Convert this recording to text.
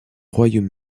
royaume